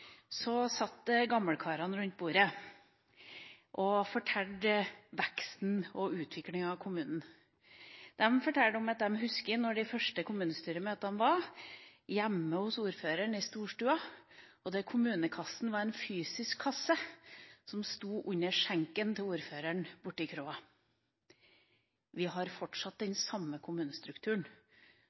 satt gamlekara rundt bordet og fortalte om veksten og utviklinga i kommunen. De husket at de første kommunestyremøtene var hjemme i storstua hos ordføreren, og at kommunekassen var en fysisk kasse som sto under skjenken til ordføreren, i kråa. Vi har fortsatt den samme kommunestrukturen